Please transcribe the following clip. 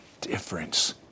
difference